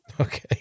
Okay